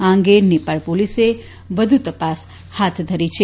આ અંગે નેપાળ પોલીસે વ્ધુ તપાસ હાથ ધરી છે